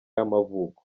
y’amavuko